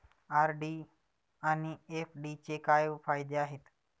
RD D एफ.डीचे काय फायदे आहेत?